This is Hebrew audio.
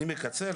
אני מקצר.